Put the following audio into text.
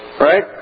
Right